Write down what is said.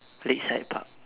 Lakeside Park